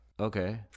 Okay